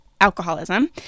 alcoholism